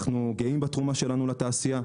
אנחנו גאים בתרומה שלנו לתעשייה,